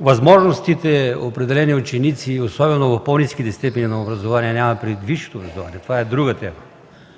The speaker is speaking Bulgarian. възможностите определени ученици и особено в по-ниските степени на образование, нямам предвид висшето образование, това е друга тема,